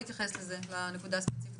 עוד נקודה במסגרת ההצעות שגיבשתי.